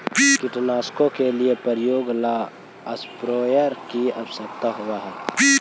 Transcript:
कीटनाशकों के प्रयोग ला स्प्रेयर की आवश्यकता होव हई